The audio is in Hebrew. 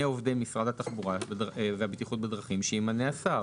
עובדי משרד התחבורה והבטיחות בדרכים שימנה השר.